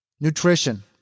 nutrition